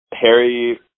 Harry